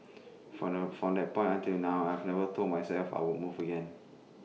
from that from that point until now I have never told myself I would move again